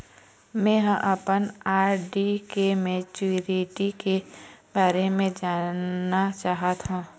में ह अपन आर.डी के मैच्युरिटी के बारे में जानना चाहथों